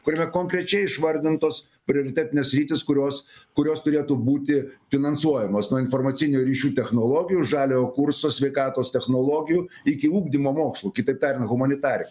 kuriame konkrečiai išvardintos prioritetinės sritys kurios kurios turėtų būti finansuojamos nuo informacinių ryšių technologijų žaliojo kurso sveikatos technologijų iki ugdymo mokslų kitaip tariant humanitari